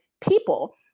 people